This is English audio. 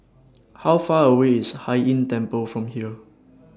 How Far away IS Hai Inn Temple from here